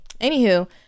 anywho